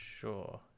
sure